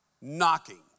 knocking